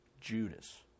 Judas